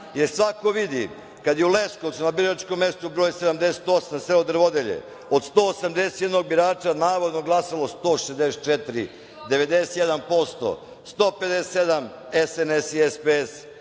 jer svako vidi kada je u Leskovcu na biračkom mestu broj 78, selo Drvodelje, od 181 birača navodno glasalo 164 birača, 91%, 157 SNS i SPS,